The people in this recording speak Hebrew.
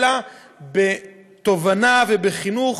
אלא בתובנה ובחינוך